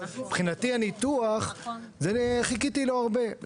מבחינתי חיכיתי הרבה לניתוח.